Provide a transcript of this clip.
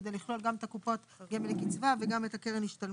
כדי לכלול גם את קופות הגמל לקצבה וגם את הקרן להשתלמות.